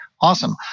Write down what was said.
awesome